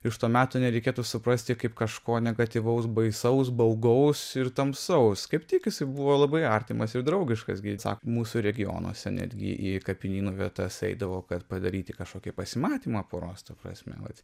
iš to meto nereikėtų suprasti kaip kažko negatyvaus baisaus baugaus ir tamsaus kaip tik jisai buvo labai artimas ir draugiškas gi sako mūsų regionuose netgi į kapinynų vietas eidavo kad padaryti kažkokį pasimatymą poros ta prasme vat